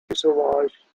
fuselage